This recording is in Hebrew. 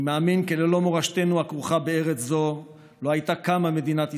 אני מאמין כי ללא מורשתנו הכרוכה בארץ זו לא הייתה קמה מדינת ישראל.